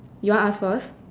you want ask first